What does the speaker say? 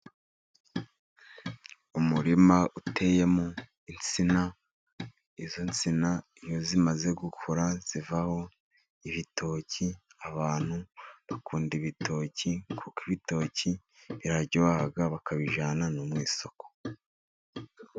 Umurima uteyemo insina, izo nsina iyo zimaze gukura zivaho ibitoki. Abantu dukunda ibitoki kuko ibitoki biraryoha bakabijyana no mu isoko.